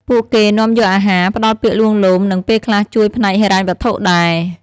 ពួកគេនាំយកអាហារ ផ្តល់ពាក្យលួងលោម និងពេលខ្លះជួយផ្នែកហិរញ្ញវត្ថុដែរ។